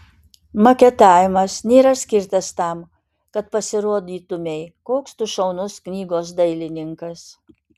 maketavimas nėra skirtas tam kad pasirodytumei koks tu šaunus knygos dailininkas